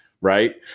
right